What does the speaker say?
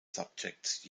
subjects